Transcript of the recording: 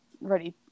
ready